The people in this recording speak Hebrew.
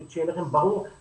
שיהיה לכם ברור,